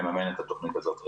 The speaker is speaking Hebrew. שמממן את התוכנית הזאת,